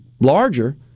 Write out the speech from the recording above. larger